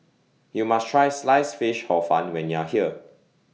YOU must Try Sliced Fish Hor Fun when YOU Are here